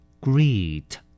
Greet